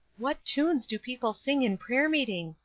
what tunes do people sing in prayer-meeting?